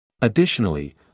Additionally